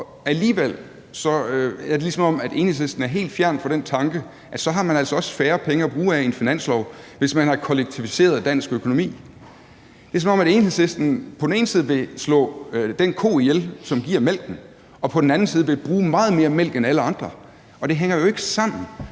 Og alligevel er det, som om Enhedslisten er helt fjern fra den tanke, at man altså så også har færre penge at bruge af i en finanslov, altså hvis man har kollektiviseret dansk økonomi. Det er, som om Enhedslisten på den ene side vil slå den ko ihjel, som giver mælken, og på den anden side vil bruge meget mere mælk end alle andre. Og det hænger jo ikke sammen